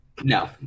No